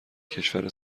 کشور